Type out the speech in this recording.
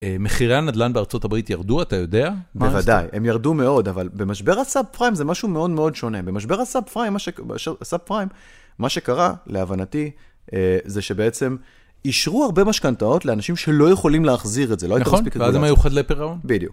מחירי הנדלן בארצות הברית ירדו, אתה יודע? בוודאי, הם ירדו מאוד, אבל במשבר הסאב פריים זה משהו מאוד מאוד שונה. במשבר הסאב פריים, מה שקרה להבנתי, זה שבעצם אישרו הרבה משכנתאות לאנשים שלא יכולים להחזיר את זה. נכון, ואז הם היו חדלי פרעון? בדיוק.